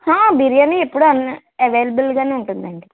బిర్యానీ ఎప్పుడు అవైలబుల్గానే ఉంటుందండి